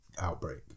outbreak